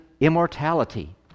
immortality